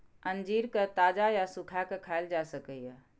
अंजीर कें ताजा या सुखाय के खायल जा सकैए